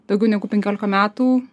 daugiau negu penkiolika metų